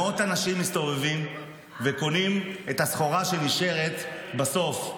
מאות אנשים מסתובבים וקונים את הסחורה שנשארת בסוף,